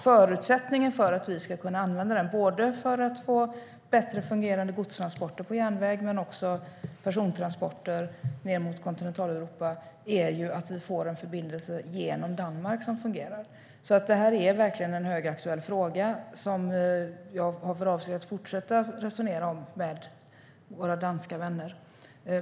Förutsättningen för att vi ska kunna använda den för att få bättre fungerande både godstransporter på järnväg och persontransporter ned mot Kontinentaleuropa är att vi får en förbindelse genom Danmark som fungerar. Det här är verkligen en högaktuell fråga som jag har för avsikt att fortsätta att resonera om med våra danska vänner.